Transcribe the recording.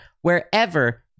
wherever